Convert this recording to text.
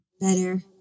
better